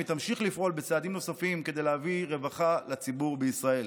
היא תמשיך לפעול בצעדים נוספים כדי להביא רווחה לציבור בישראל.